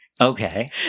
Okay